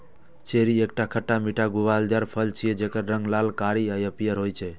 cherry एकटा खट्टा मीठा गुठलीदार फल छियै, जेकर रंग लाल, कारी आ पीयर होइ छै